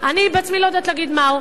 630 מיליון,